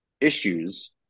issues